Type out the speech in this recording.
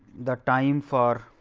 the time for